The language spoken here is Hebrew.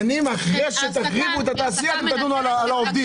אחרי שתקריבו את התעשייה אתם תדונו על העובדים.